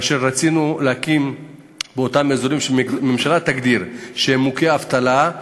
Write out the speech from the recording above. רצינו להקים באזורים שהממשלה תגדיר שהם מוכי אבטלה,